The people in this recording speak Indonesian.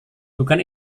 bukan